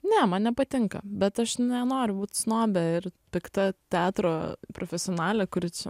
ne man nepatinka bet aš nenoriu būt snobė ir pikta teatro profesionalė kuri čia